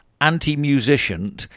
anti-musician